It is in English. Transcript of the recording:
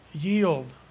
yield